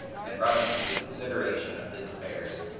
and brought him to the consideration of his affairs.